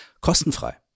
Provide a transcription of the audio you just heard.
kostenfrei